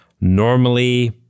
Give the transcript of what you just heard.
Normally